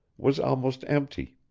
was almost empty.